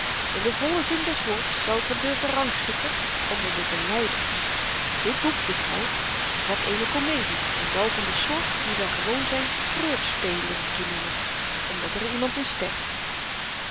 in den vollen zin des woords zou ik hem durven rangschikken onder de belyders dit boek juffrouw bevat eene komedie en wel van de soort die wy gewoon zyn treurspelen te noemen omdat er iemand in sterft